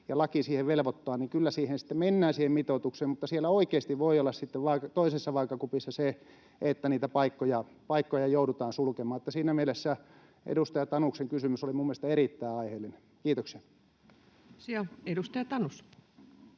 ja laki siihen velvoittaa, kyllä siihen mitoitukseen sitten mennään, mutta siellä oikeasti voi olla sitten toisessa vaakakupissa se, että niitä paikkoja joudutaan sulkemaan. Siinä mielessä edustaja Tanuksen kysymys oli minun mielestäni erittäin aiheellinen. — Kiitoksia. [Speech 49]